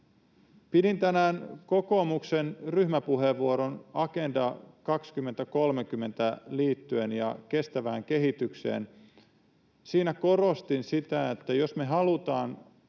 Pidin tänään kokoomuksen ryhmäpuheenvuoron Agenda 2030:een ja kestävään kehitykseen liittyen. Siinä korostin sitä, että jos me halutaan